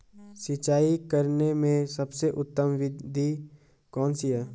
सिंचाई करने में सबसे उत्तम विधि कौन सी है?